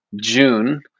June